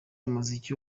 umuziki